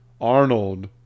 Arnold